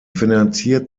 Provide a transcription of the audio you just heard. finanziert